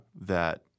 that-